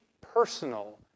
personal